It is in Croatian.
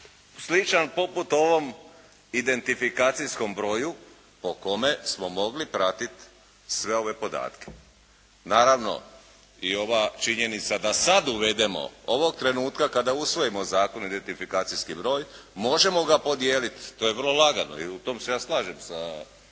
sličan poput ovom identifikacijskom broju po kome smo mogli pratiti sve ove podatke. Naravno, i ova činjenica da sada uvedemo ovog trenutka kada usvojimo zakonom identifikacijski broj možemo ga podijeliti, to je vrlo lagalo i u tome se ja slažem sa